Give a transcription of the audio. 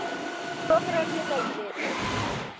थोक रेट में पैसे दे रही हूँ